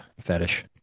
fetish